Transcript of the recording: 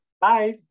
Bye